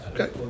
Okay